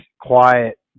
quiet